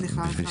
סליחה אחת.